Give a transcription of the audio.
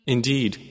Indeed